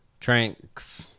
Tranks